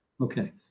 Okay